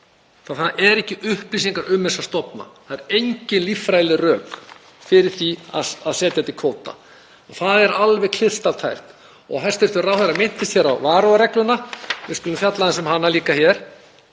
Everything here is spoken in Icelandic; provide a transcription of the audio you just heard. Það eru ekki upplýsingar um þessa stofna. Það eru engin líffræðileg rök fyrir því að setja þá undir kvóta. Það er alveg kristaltært. Hæstv. ráðherra minntist hér á varúðarregluna. Við skulum fjalla aðeins um hana líka hér.